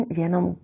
genom